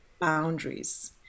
boundaries